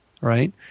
Right